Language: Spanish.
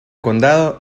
condado